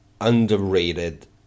underrated